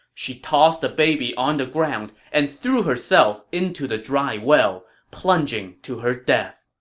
she tossed the baby on the ground and threw herself into the dry well, plunging to her death.